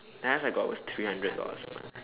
the highest I got was three hundred dollars a month